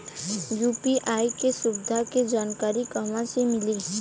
UPI के सुविधा के जानकारी कहवा से मिली?